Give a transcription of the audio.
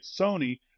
Sony